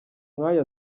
nkaya